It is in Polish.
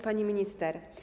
Pani Minister!